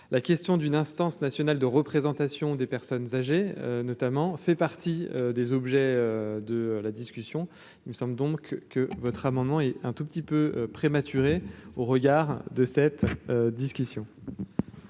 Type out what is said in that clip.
la question d'une instance nationale de représentation des personnes âgées notamment fait partie des objets de la discussion, il me semble donc que votre amendement est un tout petit peu prématuré au regard de cette discussion.